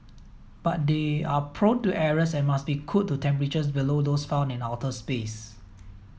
but they are prone to errors and must be cooled to temperatures below those found in outer space